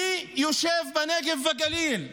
מי יושב בנגב ובגליל?